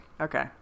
okay